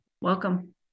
Welcome